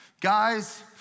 guys